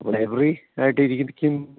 അപ്പോൾ ലൈബ്രറി ആയിട്ട് ഇരിക്കും